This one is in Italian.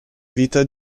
vita